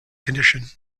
condition